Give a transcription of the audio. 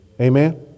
Amen